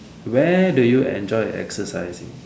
where do you enjoy your exercising